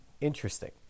interesting